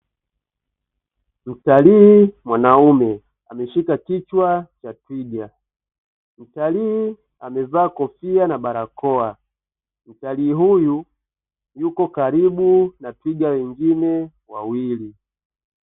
Mtalii mwanaume ameshika kichwa cha twiga. Mtalii amevaa kofia na barakoa, mtalii huyu yuko karibu na twiga wengine wawili